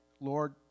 Lord